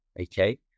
Okay